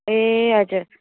ए हजुर